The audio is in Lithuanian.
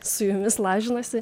su jumis lažinuosi